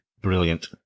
brilliant